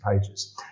pages